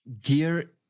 gear